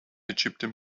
egyptian